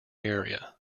area